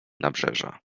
nabrzeża